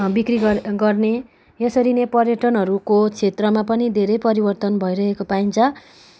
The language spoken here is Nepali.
बिक्रि गर्ने यसरी नै पर्यटनहरूको क्षेत्रमा पनि धेरै परिवर्तन भइरहेको पाइन्छ